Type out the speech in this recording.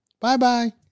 Bye-bye